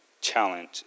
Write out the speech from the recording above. challenge